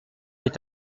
est